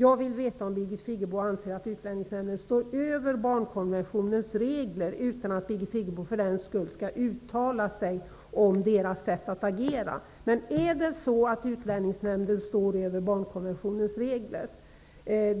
Jag vill veta om Birgit Friggebo anser att Utlänningsnämnden står över barnkonventionens regler, utan att Birgit Friggebo för den skull skall uttala sig om deras sätt att agera. Är det så att Utlänningsnämnden står över barnkonventionens regler?